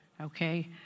okay